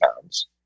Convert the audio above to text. pounds